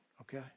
okay